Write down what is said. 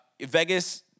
Vegas